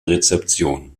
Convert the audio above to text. rezeption